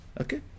Okay